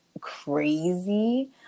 crazy